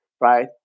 right